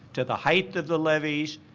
to the height of the levies,